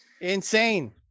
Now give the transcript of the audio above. insane